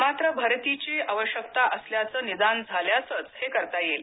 मात्र भरतीची आवश्यकता असल्याचं निदान झाल्यासच हे करता येईल